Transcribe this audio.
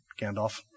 Gandalf